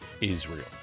israel